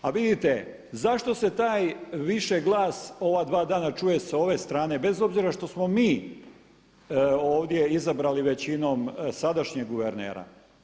A vidite, zašto se taj više glas ova dva dana čuje sa ove strane bez obzira što smo mi ovdje izabrali većinom sadašnjeg guvernera.